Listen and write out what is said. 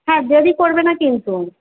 হ্যাঁ দেরি করবে না কিন্তু